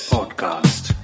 Podcast